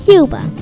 Cuba